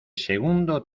segundo